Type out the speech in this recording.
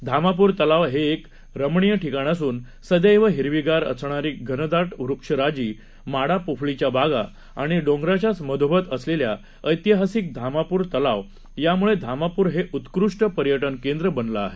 धामाप्र तलाव हे एक रमणीय ठिकाण असून सदैव हिरवीगार असणारी घनदाट वक्षराजी माडा पोफळीच्या बागा आणि डोंगराच्याच मधोमध असलेला ऐतिहासिक धामापूर तलाव याम्ळे धामापूर हे उत्कृष्ट पर्यटन केंद्र बनले आहे